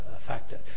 factor